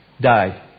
died